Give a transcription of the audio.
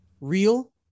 real